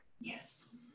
Yes